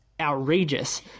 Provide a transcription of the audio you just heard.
outrageous